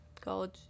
college